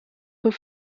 were